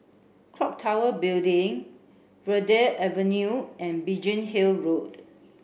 Clock Tower Building Verde Avenue and Biggin Hill Road